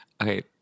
Okay